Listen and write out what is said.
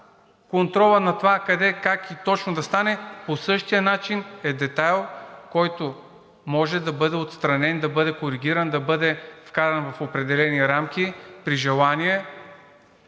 контролът на това къде, как и точно да стане по същия начин е детайл, който може да бъде отстранен, да бъде коригиран, да бъде вкаран в определени рамки при желание